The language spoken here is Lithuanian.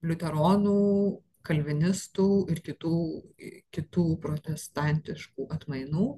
liuteronų kalvinistų ir kitų kitų protestantiškų atmainų